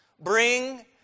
Bring